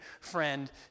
friend